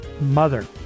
mother